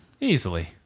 Easily